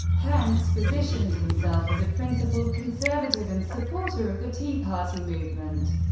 pence positioned himself as a principled conservative and supporter of the tea party movement,